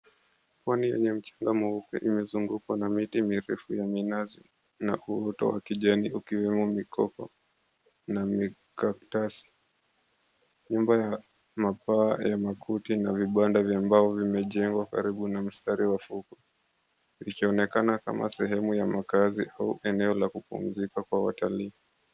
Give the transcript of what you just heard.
Pwani yenye mchanga mweupe imezungukwa na miti mirefu ya minazi na uoto wa kijani ukiwemo mikoko na mi cactus . Nyumba ya mapaa ya makuti na vibanda vya mbao vimejengwa karibu na mstari wa fukwe ikionekana kama sehemu ya makaazi au sehemu ya kupumzika kwa watalii.